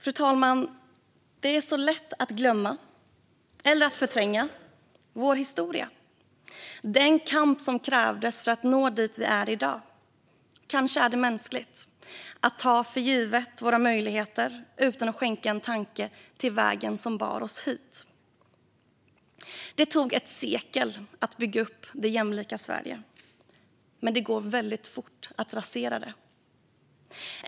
Fru talman! Det är lätt att glömma eller att förtränga vår historia, den kamp som krävdes för att nå dit där vi är i dag. Kanske är det mänskligt att ta våra rättigheter och möjligheter för givna, utan att skänka en tanke till vägen som bar oss hit. Det tog ett sekel att bygga upp det jämlika Sverige, men det går väldigt fort att rasera det.